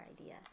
idea